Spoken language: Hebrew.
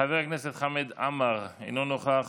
חבר הכנסת חמד עמאר, אינו נוכח,